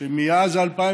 שמאז 2003